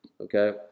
okay